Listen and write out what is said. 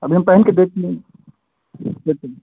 अभी हम पहन कर देख लें देखेंगे